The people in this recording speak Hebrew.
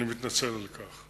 ואני מתנצל על כך.